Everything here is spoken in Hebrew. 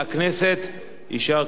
יישר כוח לדוד אזולאי.